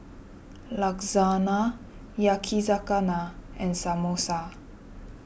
Lasagna Yakizakana and Samosa